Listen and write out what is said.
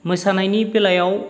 मोसानायनि बेलायाव